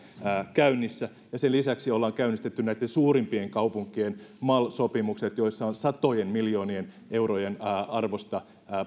sen lisäksi ollaan käynnistetty näitten suurimpien kaupunkien mal sopimukset joissa on satojen miljoonien eurojen arvosta